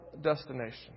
destination